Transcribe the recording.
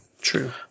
True